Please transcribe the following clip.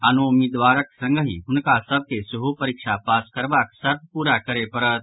आनो उम्मीदवारक संगहि हुनका सभ के सेहो परीक्षा पास करबाक शर्त पूरा करय पड़त